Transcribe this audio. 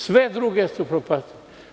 Sve druge ste upropastili.